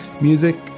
music